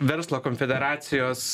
verslo konfederacijos